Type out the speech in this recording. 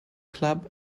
club